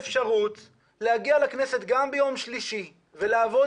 יש אפשרות להגיע לכנסת גם ביום שלישי ולעבוד